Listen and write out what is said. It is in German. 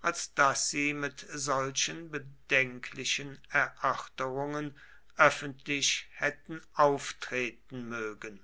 als daß sie mit solchen bedenklichen erörterungen öffentlich hätten auftreten mögen